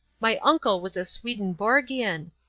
my uncle was a swedenborgian.